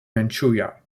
manchuria